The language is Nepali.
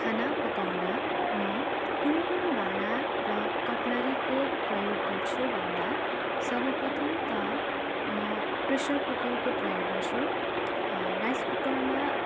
खाना पकाउँदा म कुन कुन भाँडा र कटलरीको प्रयोग गर्छु भन्दा सर्वप्रथम त म प्रेसर कुकरको प्रयोग गर्छु राइस कुकरमा